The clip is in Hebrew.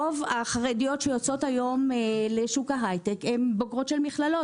רוב החרדיות שיוצאות היום לשוק ההיי-טק הן בוגרות של מכללות,